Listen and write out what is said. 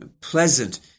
pleasant